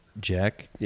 Jack